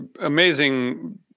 amazing